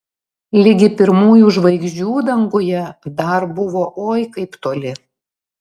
ligi pirmųjų žvaigždžių danguje dar buvo oi kaip toli